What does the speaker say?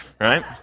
right